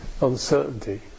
uncertainty